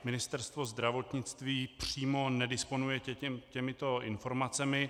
Ministerstvo zdravotnictví přímo nedisponuje těmito informacemi.